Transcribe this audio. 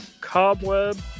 Cobweb